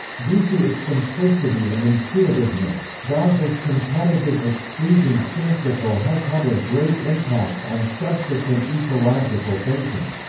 due to its simplicity and intuitiveness, gause's competitive exclusion principle has had a great impact on subsequent ecological thinking.